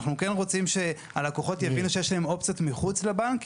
אנחנו כן רוצים שהלקוחות יבינו שיש להם אופציות מחוץ לבנק.